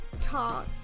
talk